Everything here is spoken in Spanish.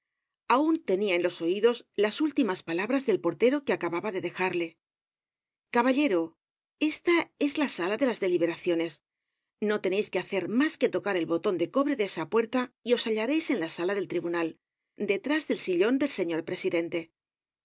aun tenia'en los oidos las últimas palabras del portero que acababa de dejarle caballero esta es la sala de las deliberaciones no teneis que hacer mas que tocar el boton de co bre de esa puerta y os hallareis en la sala del tribunal detrás del sillon del señor presidente